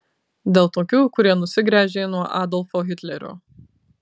dėl tokių kurie nusigręžė nuo adolfo hitlerio